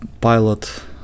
Pilot